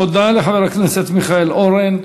תודה לחבר הכנסת מיכאל אורן.